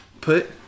put